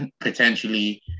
potentially